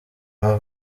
aba